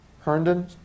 Herndon